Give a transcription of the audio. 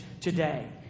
today